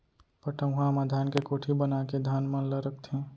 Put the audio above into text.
पटउहां म धान के कोठी बनाके धान मन ल रखथें